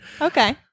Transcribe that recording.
Okay